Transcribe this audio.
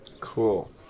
Cool